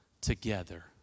together